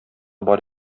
бар